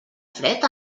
fred